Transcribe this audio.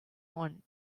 one